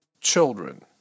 children